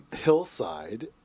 hillside